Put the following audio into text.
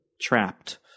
trapped